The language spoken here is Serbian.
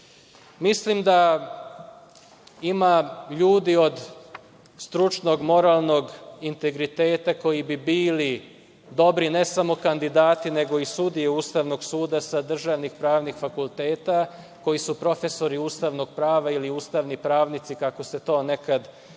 Nišu. Mislim da ima ljudi od stručnog, moralnog integriteta koji bi bili dobri ne samo kandidati, nego i sudije Ustavnog suda sa državnih pravnih fakulteta, koji su profesori Ustavnog prava ili ustavni pravnici, kako se to nekada